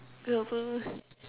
me also